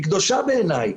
היא קדושה בעיני,